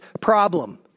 problem